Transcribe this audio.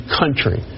country